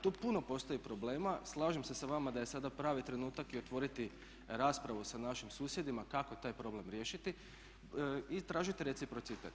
Tu puno postoji problema, slažem se sa vama da je sada pravi trenutak i otvoriti raspravu sa našim susjedima kako taj problem riješiti i tražiti reciprocitet.